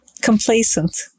complacent